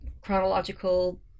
chronological